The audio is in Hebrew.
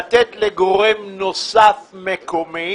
לתת לגורם נוסף מקומי.